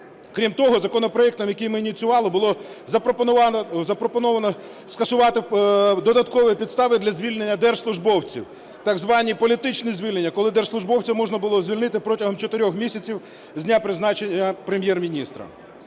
Крім того, законопроектом, який ми ініціювали, було запропоновано скасувати додаткові підстави для звільнення держслужбовців, так звані "політичні звільнення", коли держслужбовця можна було звільнити протягом 4 місяців з дня призначення Прем'єр-міністра.